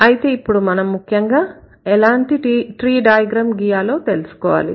అయితే ఇప్పుడు మనం ముఖ్యంగా ఎలాంటి ట్రీ డయాగ్రమ్ గీయాలో తెలుసుకోవాలి